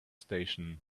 station